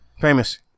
famous